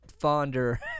fonder